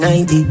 90